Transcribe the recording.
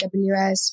AWS